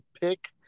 pick